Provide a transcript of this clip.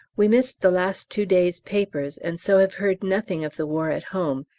we missed the last two days' papers, and so have heard nothing of the war at home,